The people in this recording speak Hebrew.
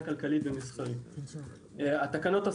המקובלת וזה יפורר את התכנון לא בעוד שבע שנים או 15 או 20